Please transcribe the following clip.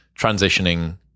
transitioning